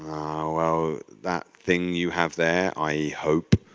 well, that thing you have there, i hope.